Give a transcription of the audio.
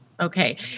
Okay